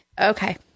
Okay